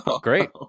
great